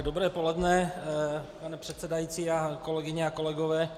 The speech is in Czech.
Dobré poledne, pane předsedající, kolegyně a kolegové.